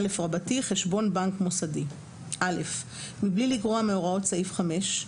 "חשבון בנק מוסדי 5א. (א)בלי לגרוע מהוראות סעיף 5,